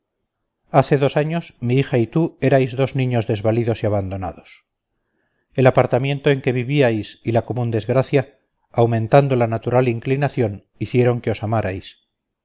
hace dos años mi hija y tú erais dos niños desvalidos y abandonados el apartamiento en que vivíais y la común desgracia aumentando la natural inclinación hicieron que os amarais